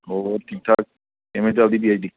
ਹੋਰ ਠੀਕ ਠਾਕ ਕਿਵੇਂ ਚਲਦੀ ਪੀ ਐੱਚ ਡੀ